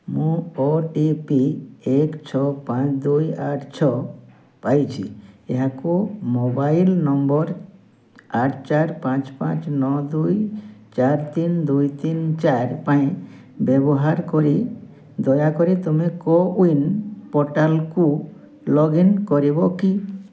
ମୁଁ O T P ଏକ ଛଅ ପାଞ୍ଚ ଦୁଇ ଆଠ ଛଅ ପାଇଛି ଏହାକୁ ମୋବାଇଲ୍ ନମ୍ବର ଆଠ ଚାରି ପାଞ୍ଚ ପାଞ୍ଚ ନଅ ଦୁଇ ଚାରି ତିନି ଦୁଇ ତିନି ଚାରି ପାଇଁ ବ୍ୟବହାର କରି ଦୟାକରି ତୁମେ କୋୱିନ୍ ପୋର୍ଟାଲକୁ ଲଗ୍ଇନ୍ କରିବ କି